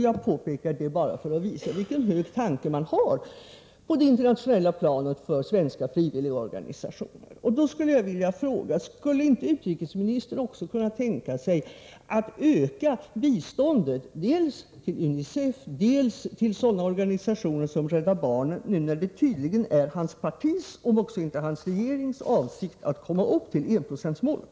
Jag påpekar detta bara för att visa vilken hög tanke man på det internationella planet har för svenska frivilligorganisationer. Jag vill fråga: Skulle inte utrikesministern också kunna tänka sig att öka biståndet dels till UNICEF, dels till sådana organisationer som Rädda Barnen — nu när det tydligen är hans partis, om inte hans regerings, avsikt att komma upp till enprocentsmålet?